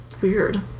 weird